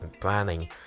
planning